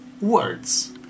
words